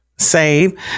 Save